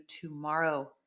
tomorrow